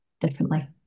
differently